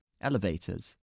Elevators